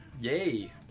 Yay